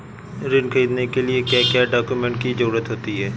ऋण ख़रीदने के लिए क्या क्या डॉक्यूमेंट की ज़रुरत होती है?